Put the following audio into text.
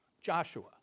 Joshua